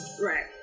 Right